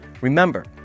Remember